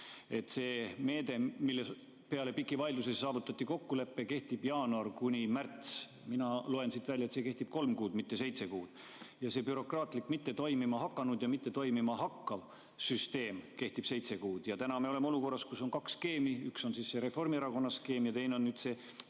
see meede, mille kohta peale pärast pikki vaidlusi saavutati kokkulepe, kehtib jaanuarist märtsini. Mina loen siit välja, et see kehtib kolm kuud, mitte seitse kuud. See bürokraatlik, mitte toimima hakanud ja mitte toimima hakkav süsteem kehtib seitse kuud. Me oleme olukorras, kus on kaks skeemi: üks on Reformierakonna skeem ja teine on